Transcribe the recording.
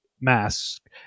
mask